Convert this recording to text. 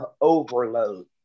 overload